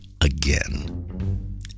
again